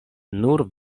nur